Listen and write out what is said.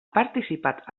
participat